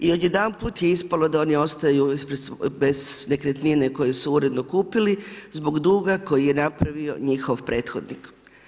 I odjedanput je ispalo da oni ostaju bez nekretnine koju su uredno kupili, zbog duga koji je napravio njihov prethodnik.